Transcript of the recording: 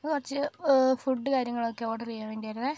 ഉ കുറച്ച് ഫുഡ് കാര്യങ്ങളൊക്കെ ഓഡറ് ചെയ്യാൻ വേണ്ടി ആയിരുന്നേ